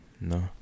No